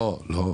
לא.